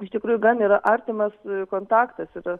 iš tikrųjų gan yra artimas kontaktas yra